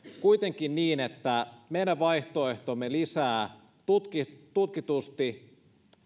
kuitenkin on niin että meidän vaihtoehtomme lisää tutkitusti